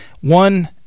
One